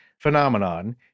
phenomenon